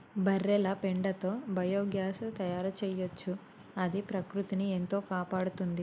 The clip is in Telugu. బర్రెల పెండతో బయోగ్యాస్ తయారు చేయొచ్చు అది ప్రకృతిని ఎంతో కాపాడుతుంది